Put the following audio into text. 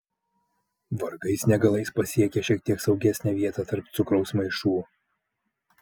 vargais negalais pasiekia šiek tiek saugesnę vietą tarp cukraus maišų